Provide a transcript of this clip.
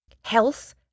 health